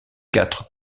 quatre